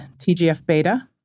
TGF-beta